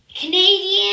canadian